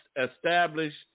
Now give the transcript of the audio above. established